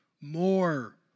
More